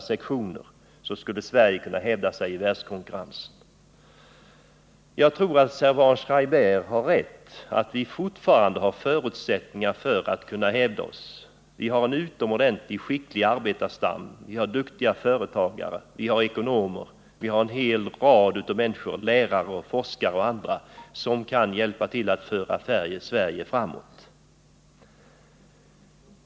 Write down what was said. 'dskonkurrensen men väl på vissa. Jag tror att Servan-Schreiber har rätt, dvs. att vi fortfarande har förutsättningar för att kunna hävda oss. Vi har en utomordentligt skicklig arbetar stam, duktiga företagare och ekonomer samt en hel rad andra människor — lärare, forskare m.fl. — som kan hjälpa till att föra Sverige framåt.